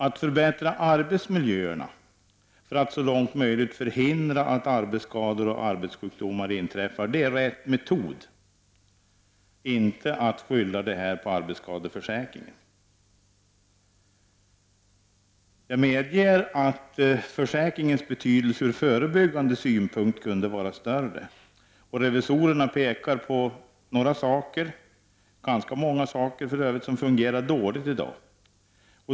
Att förbättra arbetsmiljön, för att så långt möjligt förhindra att arbetsskador och arbetssjukdomar inträffar, är rätt metod, inte att skylla detta på arbetsskadeförsäkringen. Jag medger att försäkringens betydelse ur förebyggande synpunkt kunde vara större. Revisorerna pekar på några saker, ganska många för övrigt, som fungerar dåligt i dag.